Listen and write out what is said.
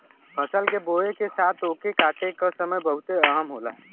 फसल के बोए के साथ ओके काटे का समय बहुते अहम होला